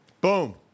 Boom